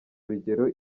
urugero